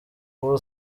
ubu